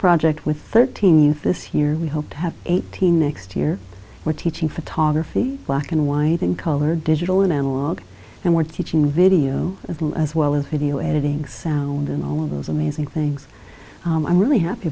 project with thirteenth this year we hope to have eighteen next year we're teaching photography black and white in color digital and analog and we're teaching video of them as well as video editing sound and all of those amazing things i'm really happy